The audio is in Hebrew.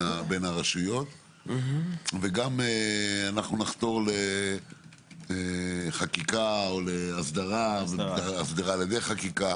הרשויות וגם אנחנו נחתור לחקיקה או להסדרה על-ידי חקיקה